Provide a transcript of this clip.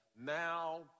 now